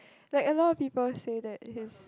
like a lot of people say that his